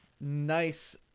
Nice